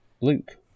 Luke